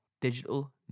digital